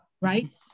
right